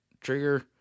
trigger